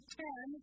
ten